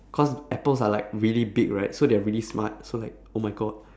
cause apples are like really big right so they're really smart so like oh my god